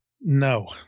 No